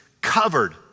covered